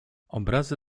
obrazy